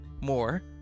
more